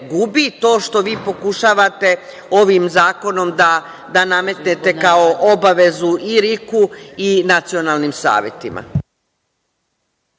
to što vi pokušavate ovim zakonom da nametnete kao obavezu i RIK i nacionalnim savetima.